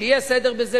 שיהיה סדר בזה,